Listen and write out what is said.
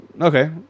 Okay